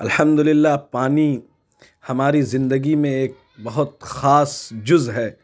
الحمد للہ پانی ہماری زندگی میں ایک بہت خاص جز ہے